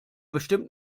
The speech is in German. bestimmt